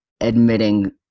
admitting